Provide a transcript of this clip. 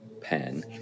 pen